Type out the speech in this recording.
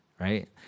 right